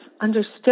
understood